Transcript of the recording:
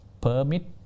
permit